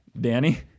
Danny